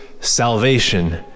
salvation